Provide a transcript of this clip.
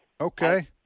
okay